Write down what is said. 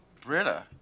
Britta